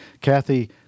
Kathy